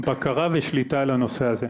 בקרה ושליטה על הנושא הזה.